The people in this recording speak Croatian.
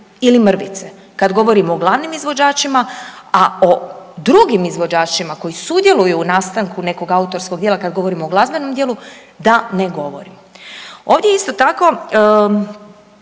ili mrvice kada govorimo o glavnim izvođačima. A o drugim izvođačima koji sudjeluju u nastanku nekog autorskog djela kada govorimo o glazbenom djelu da ne govorim. Ovdje isto tako